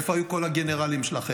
איפה היו כל הגנרלים שלכם?